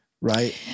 Right